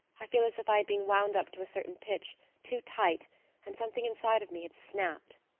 i feel as if i had been wound up to a certain pitch too tight and something inside of me had snapped.